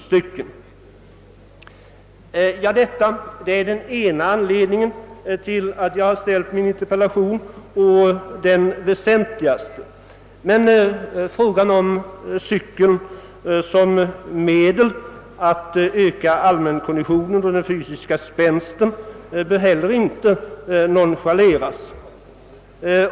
Detta är den ena och väsentligaste anledningen till att jag framställde min interpellation. Men cykelns betydelse som medel att öka allmänkonditionen och den fysiska spänsten bör inte heller nonchaleras.